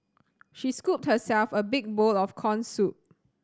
she scooped herself a big bowl of corn soup